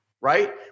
right